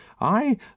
I